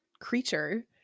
creature